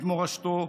את מורשתו,